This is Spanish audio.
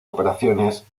operaciones